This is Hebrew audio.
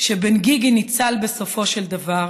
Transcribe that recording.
שבן גיגי ניצל בסופו של דבר,